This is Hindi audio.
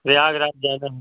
प्रयागराज जाना है